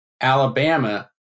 Alabama